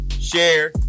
share